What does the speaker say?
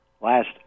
last